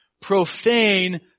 profane